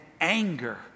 anger